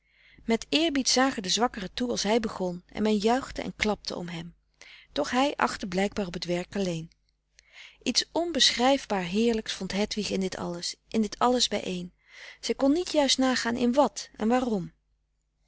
met eerbied zagen de zwakkeren toe als hij begon en men juichte en klapte om hem doch hij achtte blijkbaar op t werk alleen iets onbeschrijfbaar heerlijks vond hedwig in dit alles in dit alles bijeen zij kon niet juist nagaan in wat en waarom